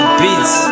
beats